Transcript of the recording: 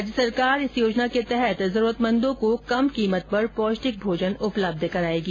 राज्य सरकार इस योजना के तहत जरूरतमंदों को कम कीमत पर पौष्टिक भोजन उपलब्ध कराएगी